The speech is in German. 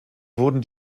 wurden